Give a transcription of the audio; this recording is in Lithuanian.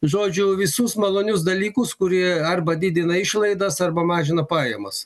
žodžiu visus malonius dalykus kurie arba didina išlaidas arba mažina pajamas